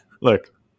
Look